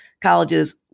colleges